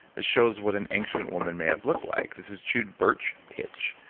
that shows what an ancient woman may have looked like. this is chewed birch pitch.